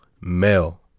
male